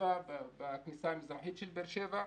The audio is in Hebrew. בכניסה המזרחית לבאר שבע.